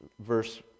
verse